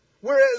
Whereas